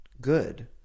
good